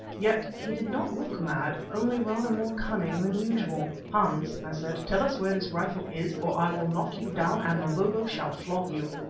yet he did not look mad, only rather more cunning than usual. hans, i said, tell us where this rifle is, or i will knock you down and mavovo shall flog you.